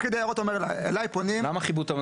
פקיד היערות אומר לה: אליי פונים הגורם